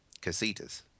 casitas